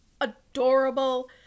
Adorable